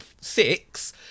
six